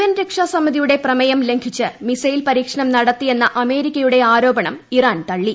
N രക്ഷാസമിതിയ്ുടെ പ്രമേയം ലംഘിച്ച് മിസൈൽ പരീക്ഷണം നടത്തിയെന്ന അമേരിക്കയുടെ ആരോപണം ഇറാൻ തള്ളി